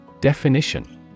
Definition